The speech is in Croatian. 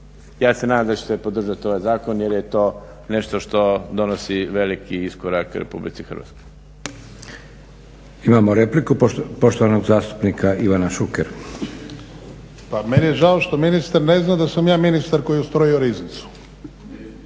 Ja se nadam da ćete podržati ovaj zakon jer je to nešto što donosi veliki iskorak RH. **Leko, Josip (SDP)** Imamo repliku poštovanog zastupnika Ivana Šukera. **Šuker, Ivan (HDZ)** Pa meni je žao što ministar ne zna da sam ja ministar koji je ustrojio riznicu.